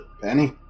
Penny